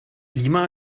lima